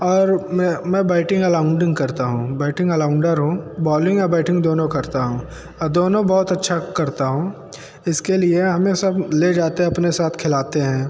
और मैं मैं बैटिंग अलउंडिंग करता हूँ बैटिंग अलाउंडर हूँ बॉलिंग और बैटिंग दोनों करता हूँ दोनों बहुत अच्छा करता हूँ इसके लिए हमें सब ले जाते हैं अपने साथ खिलाते हैं